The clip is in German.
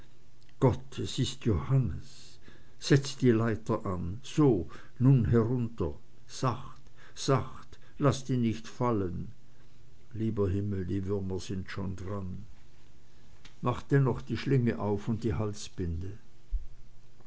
gott es ist johannes setzt die leiter an so nun herunter sacht sacht laßt ihn nicht fallen lieber himmel die würmer sind schon daran macht dennoch die schlinge auf und die halsbinde